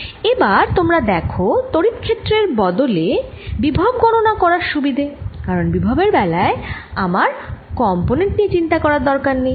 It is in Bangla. এবার তোমরা দেখো তড়িৎ ক্ষেত্রের বদলে বিভব গণনা করার সুবিধে কারণ বিভবের বেলায় আমার কম্পোনেন্ট নিয়ে চিন্তা করার দরকার নেই